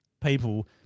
people